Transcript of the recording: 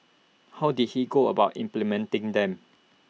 how did he go about implementing them